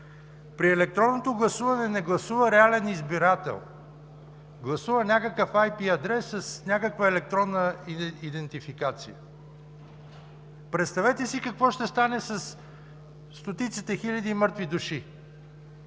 При електронното гласуване не гласува реален избирател, гласува някакъв IP адрес с някаква електронна идентификация. Представете си какво ще стане със стотиците хиляди мъртви души.